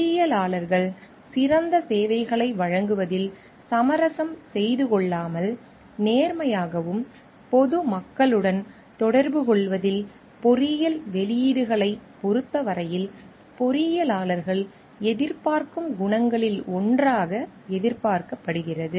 பொறியியலாளர்கள் சிறந்த சேவைகளை வழங்குவதில் சமரசம் செய்து கொள்ளாமல் நேர்மையாகவும் நேர்மையாகவும் பொது மக்களுடன் தொடர்புகொள்வதில் பொறியியல் வெளியீடுகளைப் பொறுத்த வரையில் பொறியியலாளர்கள் எதிர்பார்க்கும் குணங்களில் ஒன்றாக எதிர்பார்க்கப்படுகிறது